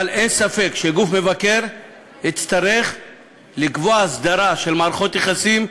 אבל אין ספק שגוף מבקר יצטרך לקבוע הסדרה של מערכות יחסים,